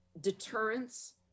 deterrence